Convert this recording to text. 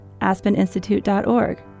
aspeninstitute.org